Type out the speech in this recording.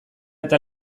eta